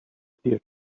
clear